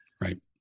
Right